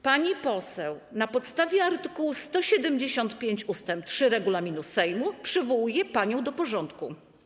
Pani poseł, na podstawie art. 175 ust. 3 regulaminu Sejmu przywołuję panią do porządku.